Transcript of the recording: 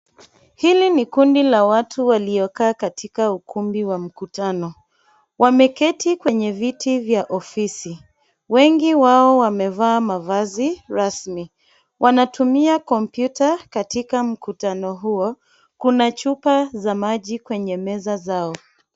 Hili ni kundi la watu walioketi kwenye ukumbi wa mkutano wameketi kwenye viti vya ofisi, wengi wao wamevaa mavazi rasmi. Wanatumia kompyuta katika mkutano huo, kuna chupa za maji kwenye meza zao.